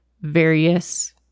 various